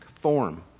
form